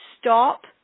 stop